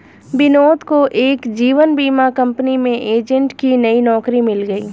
विनोद को एक जीवन बीमा कंपनी में एजेंट की नई नौकरी मिल गयी